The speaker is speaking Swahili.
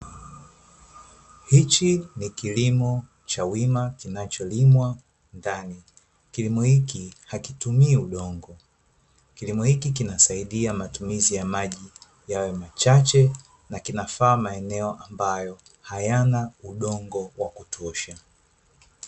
Hichi ni kilimo cha wima kinacholimwa ndani kilimo hichi hakitumii udongo, kilimo hiki kinasaidia matumizi ya maji yawe machache na kinafaa maeneo ambayo hayana udongo wa kutosha.